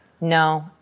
No